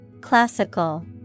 Classical